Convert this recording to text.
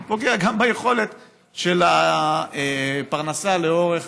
הוא פוגע גם ביכולת להתפרנס לאורך